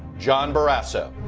john barrasso.